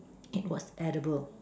it was edible